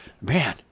Man